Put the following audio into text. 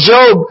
Job